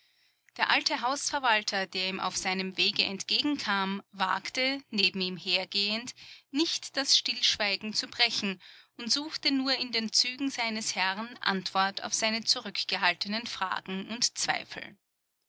der alte hausverwalter der ihm auf seinem wege entgegenkam wagte neben ihm hergehend nicht das stillschweigen zu brechen und suchte nur in den zügen seines herrn antwort auf seine zurückgehaltenen fragen und zweifel